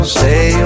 say